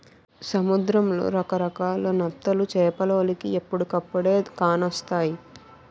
సముద్రంలో రకరకాల నత్తలు చేపలోలికి ఎప్పుడుకప్పుడే కానొస్తాయి